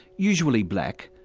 usually black,